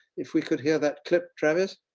if we could hear that clip, travis.